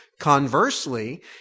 Conversely